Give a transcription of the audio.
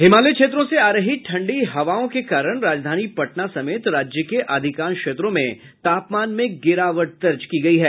हिमालय क्षेत्रों से आ रही ठंडी हवाओं के कारण राजधानी पटना समेत राज्य के अधिकांश क्षेत्रों में तापमान में गिरावट दर्ज की गयी है